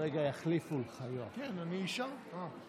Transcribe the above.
רגע, יחליפו לך, יואב.